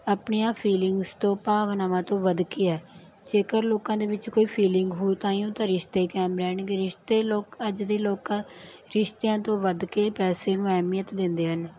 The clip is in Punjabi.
ਆਪਣੀਆਂ ਫੀਲਿੰਗਸ ਤੋਂ ਭਾਵਨਾਵਾਂ ਤੋਂ ਵੱਧ ਕੇ ਹੈ ਜੇਕਰ ਲੋਕਾਂ ਦੇ ਵਿੱਚ ਕੋਈ ਫੀਲਿੰਗ ਹੋਊ ਤਾਹੀਂਓ ਤਾਂ ਰਿਸ਼ਤੇ ਕਾਇਮ ਰਹਿਣਗੇ ਰਿਸ਼ਤੇ ਲੋਕ ਅੱਜ ਦੇ ਲੋਕ ਰਿਸ਼ਤਿਆਂ ਤੋਂ ਵੱਧ ਕੇ ਪੈਸੇ ਨੂੰ ਅਹਿਮੀਅਤ ਦਿੰਦੇ ਹਨ